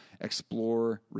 Explore